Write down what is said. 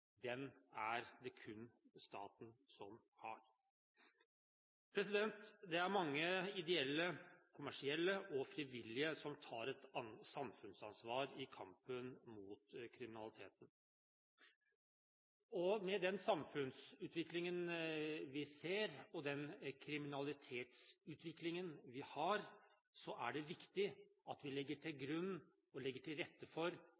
er det kun staten som har. Det er mange ideelle, kommersielle og frivillige som tar et samfunnsansvar i kampen mot kriminalitet. Med den samfunnsutviklingen vi ser, og den kriminalitetsutviklingen vi har, er det viktig at vi legger til grunn og legger til rette for